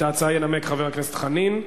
את ההצעה ינמק חבר הכנסת חנין.